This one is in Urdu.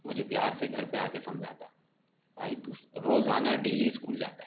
مجھے پیار سے گھر پہ آ کے سمجھاتا بھائی تو روزانہ ڈیلی اسکول جاتا ہے